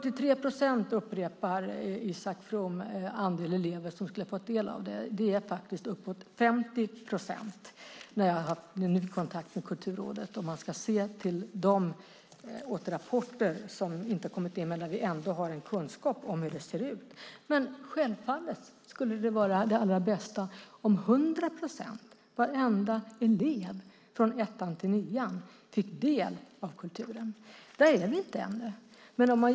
Isak From upprepar att andelen elever som har fått del av detta är 43 procent. Det är faktiskt upp mot 50 procent, enligt min kontakt på Kulturrådet. Vi har ändå kunskap om hur det har sett ut. Självfallet skulle det bästa vara om 100 procent - varenda elev från årskurs 1 till årskurs 9 - fick del av kulturen. Där är vi inte ännu.